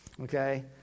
Okay